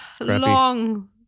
long